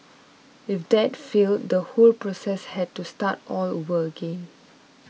if that failed the whole process had to start all over again